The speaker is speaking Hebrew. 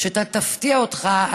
שתפתיע אותך,